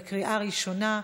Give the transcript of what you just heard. בקריאה ראשונה.